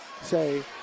say